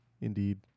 Indeed